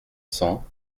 cents